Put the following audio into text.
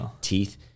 teeth